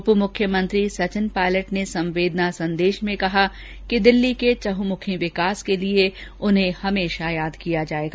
उप मुख्यमंत्री सचिन पायलट ने संवेदना संदेश में कहा कि दिल्ली के चहुंमुखी विकास के लिए उन्हें हमेशा याद किया जाएगा